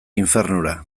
infernura